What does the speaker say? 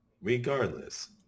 Regardless